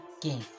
game